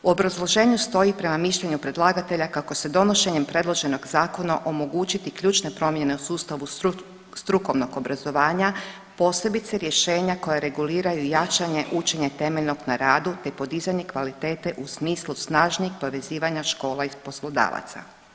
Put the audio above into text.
U obrazloženju stoji prema mišljenju predlagatelja kako će se donošenjem predloženog zakona omogućiti ključne promjene u sustavu strukovnog obrazovanja, posebice rješenja koja reguliraju jačanje učenja temeljenog na radu te podizanje kvalitete u smislu snažnijeg povezivanja škola i poslodavaca.